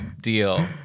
deal